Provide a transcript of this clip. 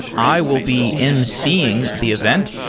i will be emceeing the event,